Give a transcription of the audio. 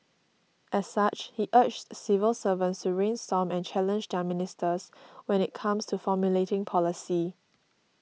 as such he urged civil servants to brainstorm and challenge their ministers when it comes to formulating policy